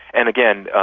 and again,